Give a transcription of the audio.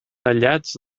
tallats